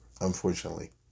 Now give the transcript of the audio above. unfortunately